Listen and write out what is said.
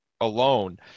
alone